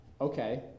Okay